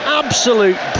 absolute